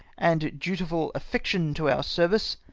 and dutiful affection to our service,